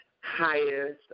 highest